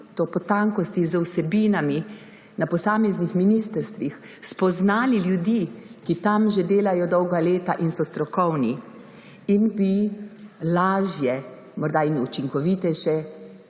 do potankosti z vsebinami na posameznih ministrstvih, spoznali ljudi, ki tam že delajo dolga leta in so strokovni, in bi lažje morda in učinkovitejše